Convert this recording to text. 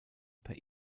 per